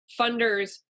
funders